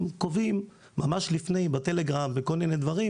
קובעים ממש לפני בטלגרם וכל מיני דברים,